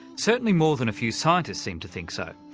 certainly more than a few scientists seem to think so.